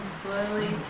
slowly